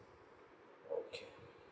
okay